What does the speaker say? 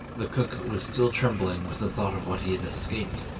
the cook was still trembling with the thought of what he had escaped,